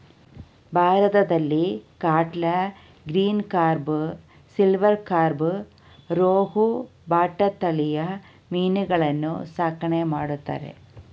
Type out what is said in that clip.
ಭಾರತದಲ್ಲಿ catla, green carp, silver carp, rohu, bata ತಳಿಯ ಮೀನುಗಳನ್ನು ಸಾಕಣೆ ಮಾಡ್ತರೆ